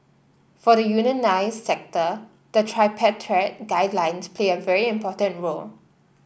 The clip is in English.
for the unionised sector the tripartite guidelines play a very important role